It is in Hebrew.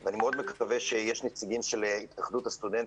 אני מאוד מקווה שיש איתנו נציגים של התאחדות הסטודנטים,